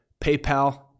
PayPal